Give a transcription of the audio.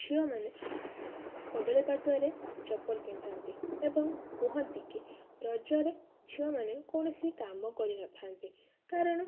ଝିଅମାନେ କଦଳୀ ପଟୁଆରେ ଚପଲ ପିନ୍ଧନ୍ତି ଏବଂ କୁହନ୍ତି କି ରଜରେ ଝିଅମାନେ କୌଣସି କାମ କରି ନ ଥାନ୍ତି କାରଣ